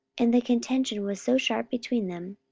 and the contention was so sharp between them,